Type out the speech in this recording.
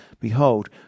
behold